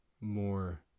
more